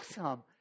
awesome